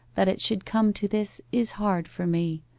that it should come to this is hard for me!